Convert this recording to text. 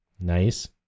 Nice